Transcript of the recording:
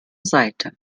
seite